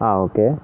ஆ okay